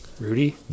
Rudy